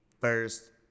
first